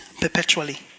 Perpetually